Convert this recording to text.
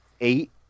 eight